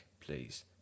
please